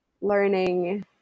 learning